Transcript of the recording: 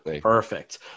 Perfect